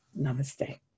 Namaste